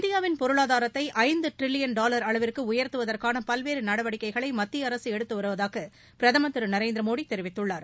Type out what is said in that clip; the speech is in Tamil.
இந்தியாவின் பொருளாதாரத்தை ஐந்து ட்ரில்லியன் டாவர் அளவிற்கு உயர்த்துவதற்கான பல்வேறு நடவடிக்கைகளை மத்திய அரசு எடுத்து வருவதாக பிரதமர திரு நரேந்திர மோடி தெரிவித்துள்ளார்